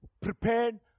prepared